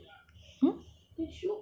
sis claustrophobic